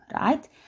right